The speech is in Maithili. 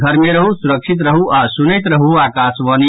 घर मे रहू सुरक्षित रहू आ सुनैत रहू आकाशवाणी